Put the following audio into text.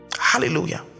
Hallelujah